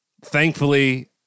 Thankfully